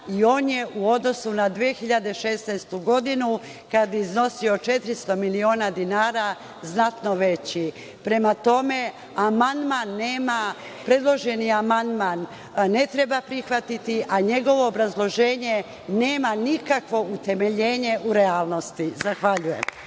i on je u odnosu na 2016. godinu, kada je iznosio 400 miliona dinara, znatno veći. Prema tome, predloženi amandman ne treba prihvatiti, a njegovo obrazloženje nema nikakvo utemeljenje u realnosti. Zahvaljujem.